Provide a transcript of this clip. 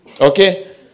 Okay